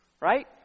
right